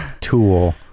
tool